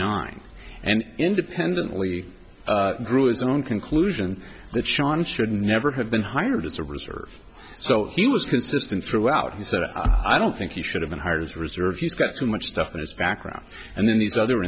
nine and independently grew his own conclusion that sean should never have been hired as a reserve so he was consistent throughout he said i don't think he should have been hired as reserve you've got too much stuff in his background and then these other